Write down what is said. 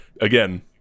again